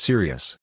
Serious